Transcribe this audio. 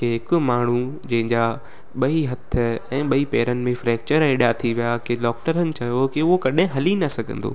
के हिकु माण्हू जंहिंजा ॿई हथु ऐं ॿई पैरनि में फ्रेक्चर एॾा थी विया की डॉक्टरनि चयो की उहो कॾहिं हली न सघंदो